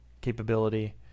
capability